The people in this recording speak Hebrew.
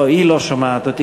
לא, היא לא שומעת אותי.